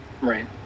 right